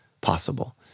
possible